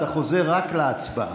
אתה חוזר רק להצבעה.